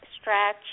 stretch